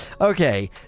okay